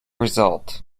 result